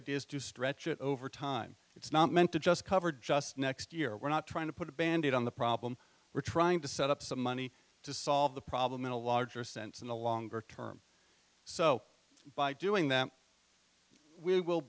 is to stretch it over time it's not meant to just cover just next year we're not trying to put a band aid on the problem we're trying to set up some money to solve the problem in a larger sense in the longer term so by doing that we will